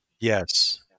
Yes